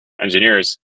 engineers